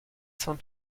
saint